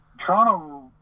Toronto